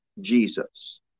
Jesus